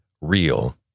real